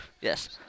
yes